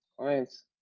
clients